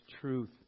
truth